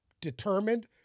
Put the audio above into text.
determined